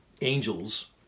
angels